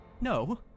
No